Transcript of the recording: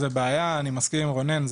זה בעיה אני מסכים עם רונן,